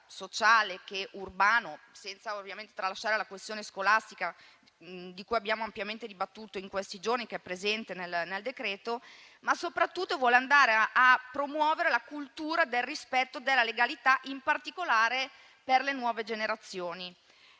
che urbano, senza ovviamente tralasciare la questione scolastica di cui abbiamo ampiamente dibattuto in questi giorni, che è presente nel decreto, ma soprattutto vuole promuovere la cultura del rispetto della legalità, in particolare per le nuove generazioni.